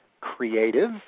creative